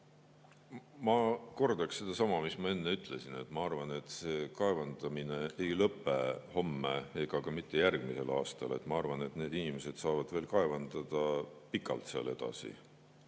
Ma kordan sedasama, mis ma enne ütlesin: ma arvan, et kaevandamine ei lõpe homme ega ka mitte järgmisel aastal. Ma arvan, et need inimesed saavad veel pikalt edasi